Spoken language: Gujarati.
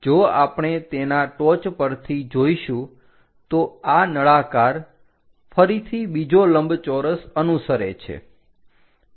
જો આપણે તેના ટોચ પરથી જોઈશું તો આ નળાકાર ફરીથી બીજો લંબચોરસ અનુસરે છે